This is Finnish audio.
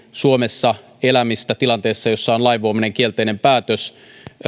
suomessa elämistä tilanteessa jossa on lainvoimainen kielteinen päätös